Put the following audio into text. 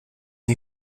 une